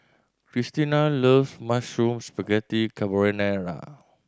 Cristina loves Mushroom Spaghetti Carbonara